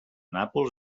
nàpols